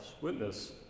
witness